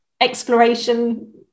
exploration